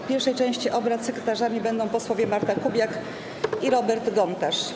W pierwszej części obrad sekretarzami będą posłowie Marta Kubiak i Robert Gontarz.